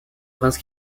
prince